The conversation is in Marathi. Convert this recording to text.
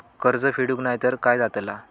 कर्ज फेडूक नाय तर काय जाताला?